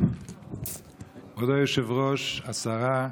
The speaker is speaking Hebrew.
כבוד היושב-ראש, השרה,